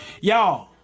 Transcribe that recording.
Y'all